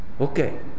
Okay